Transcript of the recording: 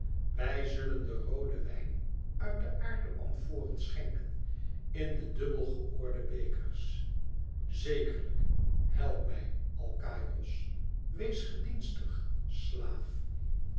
wij zullen den rooden wijn uit de aarden amforen schenken in de dubbel ge öorde bekers zekerlijk help mij alkaïos wees gedienstig slaaf